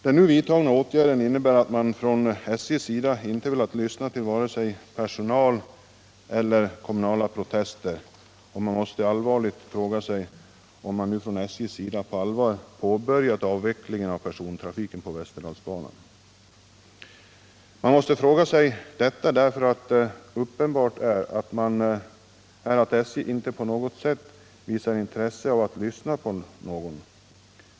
Den nu vidtagna åtgärden innebär att SJ inte har velat lyssna på vare sig personalens eller kommunens protester. Då måste man ju fråga sig om SJ på allvar har påbörjat avvecklingen av persontrafiken på Västerdalsbanan. Det är nämligen uppenbart att man på SJ inte är intresserad av att lyssna på någon.